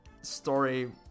story